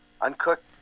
uncooked